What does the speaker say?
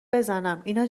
بزنماینا